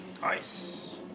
Nice